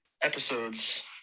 episodes